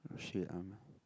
shit I'm